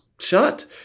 shut